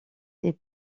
est